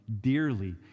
dearly